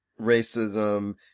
racism